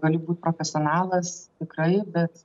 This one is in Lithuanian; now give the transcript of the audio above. gali būti profesionalas tikrai bet